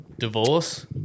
Divorce